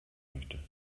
möchte